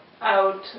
out